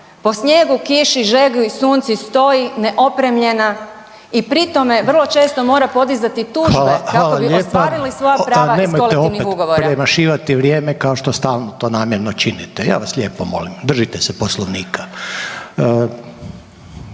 po snijegu, kiši, žegi i suncu stoji neopremljena i pri tome vrlo često mora podizati tužbe kako bi ostvarili svoja prava iz kolektivnih ugovora. **Reiner, Željko (HDZ)** Hvala lijepa. Nemojte opet premašivati vrijeme kao što stalno to namjerno činite. Ja vas lijepo molim držite se Poslovnika.